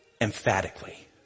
emphatically